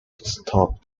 stop